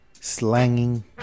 slanging